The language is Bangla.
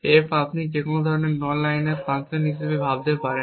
F আপনি যেকোনো ধরনের ননলাইনার ফাংশন হিসেবে ভাবতে পারেন